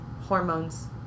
hormones